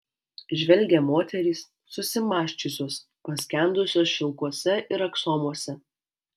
žvelgia moterys susimąsčiusios paskendusios šilkuose ir aksomuose